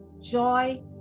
joy